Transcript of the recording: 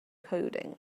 coding